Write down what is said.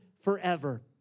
forever